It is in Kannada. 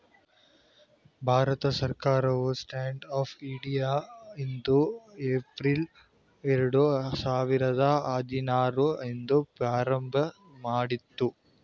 ಭಾರತ ಸರ್ಕಾರವು ಸ್ಟ್ಯಾಂಡ್ ಅಪ್ ಇಂಡಿಯಾ ಐದು ಏಪ್ರಿಲ್ ಎರಡು ಸಾವಿರದ ಹದಿನಾರು ರಂದು ಪ್ರಾರಂಭಮಾಡಿತು